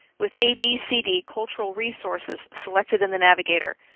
with abcd cultural resources selected in the navigator,